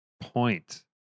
point